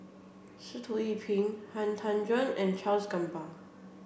Sitoh Yih Pin Han Tan Juan and Charles Gamba